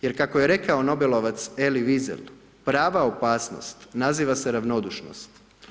Jer kako je rekao nobelovac Elie Wiesel, prava opasnost naziva se ravnodušnost.